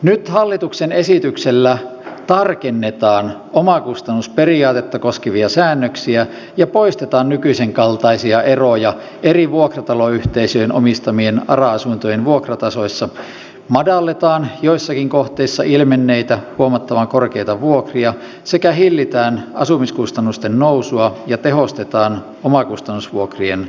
nyt hallituksen esityksellä tarkennetaan omakustannusperiaatetta koskevia säännöksiä ja poistetaan nykyisen kaltaisia eroja eri vuokrataloyhteisöjen omistamien ara asuntojen vuokratasoissa madalletaan joissakin kohteissa ilmenneitä huomattavan korkeita vuokria sekä hillitään asumiskustannusten nousua ja tehostetaan omakustannusvuokrien valvontaa